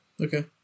Okay